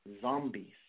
zombies